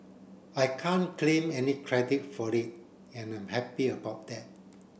I can't claim any credit for it and I'm happy about that